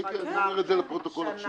כן, אני אומר את זה לפרוטוקול עכשיו.